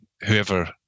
whoever